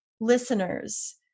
listeners